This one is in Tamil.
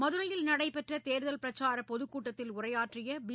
மதுரையில் நடைபெற்ற தேர்தல் பிரச்சாரக் பொதுக்கூட்டத்தில் உரையாற்றிய பி